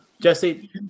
Jesse